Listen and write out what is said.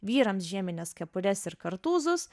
vyrams žiemines kepures ir kartūzus